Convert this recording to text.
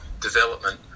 development